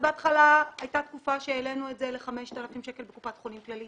בהתחלה הייתה תקופה שהעלינו את זה ל-5,000 שקלים בקופת חולים כללית,